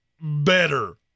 better